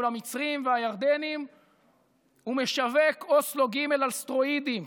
מול המצרים והירדנים ומשווק אוסלו ג' על סטרואידים,